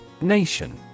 Nation